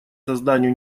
созданию